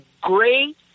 great